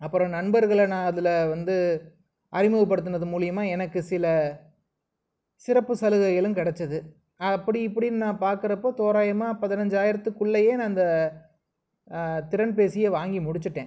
அப்புறம் நண்பர்களில் நான் அதில் வந்து அறிமுக படுத்தினது மூலிமா எனக்கு சில சிறப்பு சலுகைகளும் கிடச்சிது அப்படி இப்படினு நான் பார்க்குறப்ப தோராயமாக பதினைஞ்சாயிரத்துக்குள்ளயே நான் அந்த திறன்பேசியை வாங்கி முடிச்சுட்டேன்